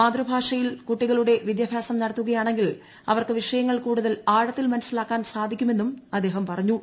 മാതൃഭാഷയിൽ കുട്ടികളുടെ വിദ്യാഭ്യാസം നടത്തുകയാണെങ്കിൽ അവർക്ക് വിഷയങ്ങൾ കൂടുതൽ ആഴത്തിൽ മനസിലാക്കുവാൻ സാധിക്കും എന്നും അദ്ദേഹം പറഞ്ഞു